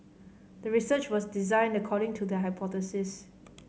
the research was designed according to the hypothesis